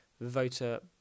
voter